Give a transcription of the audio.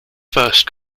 first